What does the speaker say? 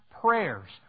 prayers